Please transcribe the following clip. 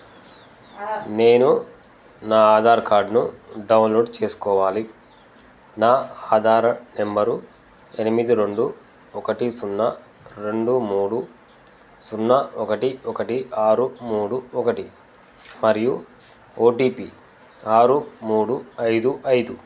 నేను నా ఆధార్ కార్డ్ను డౌన్లోడ్ చేసుకోవాలి నా ఆధార నెంబరు ఎనిమిది రెండు ఒకటి సున్నా రెండు మూడు సున్నా ఒకటి ఒకటి ఆరు మూడు ఒకటి మరియు ఓటీపి ఆరు మూడు ఐదు ఐదు